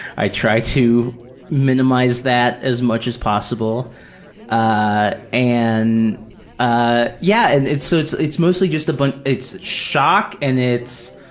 i try to minimize that as much as possible ah and ah yeah, and so it's it's mostly just a bun, it's shock and it's,